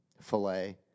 filet